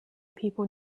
people